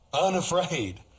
unafraid